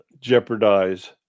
jeopardize